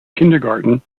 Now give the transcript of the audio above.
kindergarten